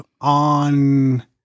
on